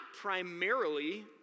primarily